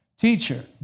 Teacher